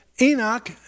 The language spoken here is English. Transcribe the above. Enoch